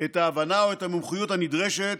את ההבנה או את המומחיות הנדרשת,